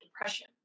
depression